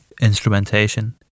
instrumentation